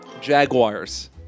Jaguars